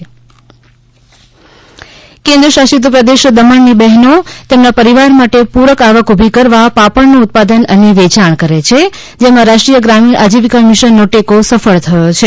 આત્મનિર્ભર દમણ કેન્દ્રસશીત પ્રદેશ દમણની બહેનો તેમના પરિવાર માટે પૂરક આવક ઊભી કરવા પાપડનું ઉત્પાદન અને વેચાણ કરે છે જેમાં રાષ્ટ્રીય ગ્રામિણ આજીવિકા મિશનનો ટેકો સફળ થયો છે